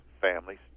Families